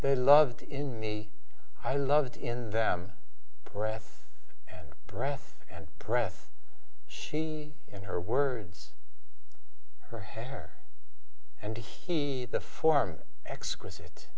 they loved in me i loved in them breath and breath and press she in her words her hair and he the form exquisite